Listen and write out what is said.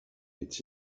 est